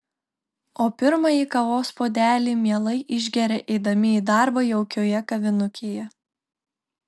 o pirmąjį kavos puodelį mielai išgeria eidami į darbą jaukioje kavinukėje